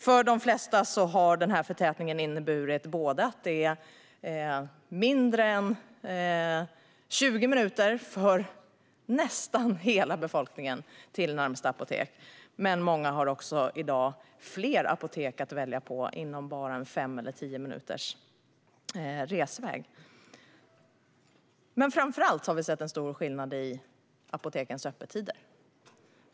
För de flesta har förtätningen inneburit mindre än 20 minuter för nästan hela befolkningen till närmaste apotek, men många har i dag fler apotek att välja på inom fem till tio minuters resväg. Framför allt har vi sett en stor skillnad i apotekens öppettider.